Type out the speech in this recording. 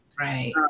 Right